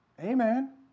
Amen